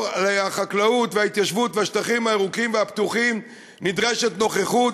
על החקלאות וההתיישבות והשטחים הירוקים והפתוחים נדרשת נוכחות.